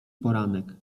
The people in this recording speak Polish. poranek